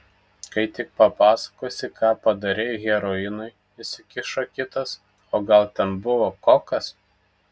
kai tik papasakosi ką padarei heroinui įsikišo kitas o gal ten buvo kokas